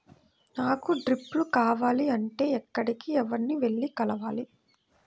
నాకు డ్రిప్లు కావాలి అంటే ఎక్కడికి, ఎవరిని వెళ్లి కలవాలి?